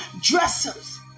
dressers